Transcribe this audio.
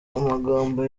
amagambo